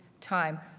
time